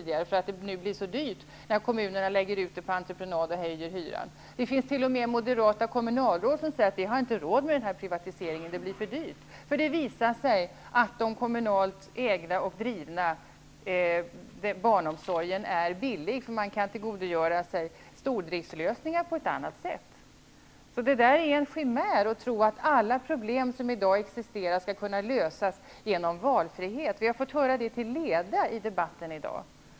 Det blir så dyrt när kommunerna lägger ut verksamheten på entreprenad och höjer hyran. Det finns t.o.m. moderata kommunalråd som säger att de inte har råd med privatiseringen, då det blir för dyrt. Det visar sig att den kommunalt ägda och drivna barnomsorgen är billig, genom att man där kan tillgodogöra sig stordriftslösningar på ett annat sätt. Det är en chimär att tro att alla problem som existerar skall kunna lösas genom valfrihet. Vi har fått höra det till leda i debatten i dag.